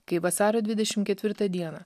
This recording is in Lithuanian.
kai vasario dvidešim ketvirtą dieną